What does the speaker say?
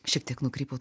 šiek tiek nukrypau